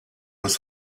was